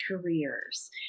careers